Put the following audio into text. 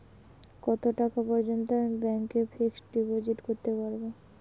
কত টাকা পর্যন্ত আমি ব্যাংক এ ফিক্সড ডিপোজিট করতে পারবো?